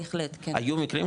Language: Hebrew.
בהחלט, כן.